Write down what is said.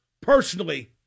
personally